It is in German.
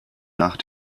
nach